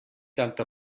tanta